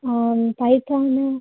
आम् पैथान्